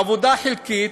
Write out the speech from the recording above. עבודה חלקית,